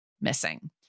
missing